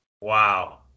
Wow